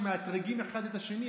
שמאתרגים אחד את השני,